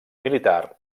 militar